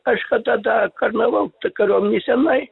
kažkada da tarnavau kariuomenėj senai